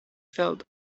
felt